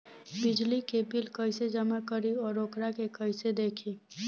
बिजली के बिल कइसे जमा करी और वोकरा के कइसे देखी?